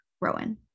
Rowan